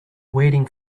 waiting